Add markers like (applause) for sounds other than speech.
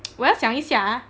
(noise) 我要想一下啊